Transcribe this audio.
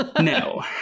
No